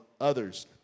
others